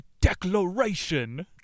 declaration